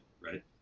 right